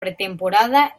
pretemporada